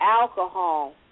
alcohol